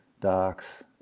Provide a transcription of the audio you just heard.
docs